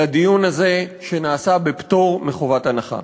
לדיון הזה, שנעשה בפטור מחובת הנחה.